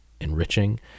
enriching